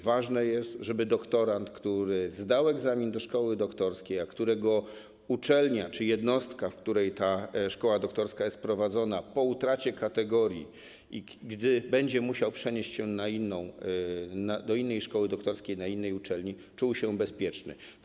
Ważne jest, żeby doktorant, który zdał egzamin do szkoły doktorskiej, a którego uczelnia czy jednostka, w której ta szkoła doktorska jest prowadzona, utraciła kategorię, gdy będzie musiał przenieść się do innej szkoły doktorskiej na innej uczelni, czuł się bezpieczny.